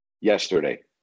yesterday